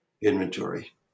inventory